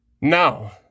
Now